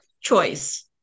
Choice